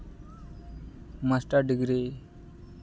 master degree